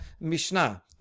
mishnah